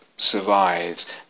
survives